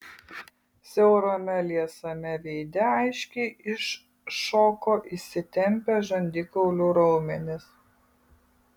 siaurame liesame veide aiškiai iššoko įsitempę žandikaulių raumenys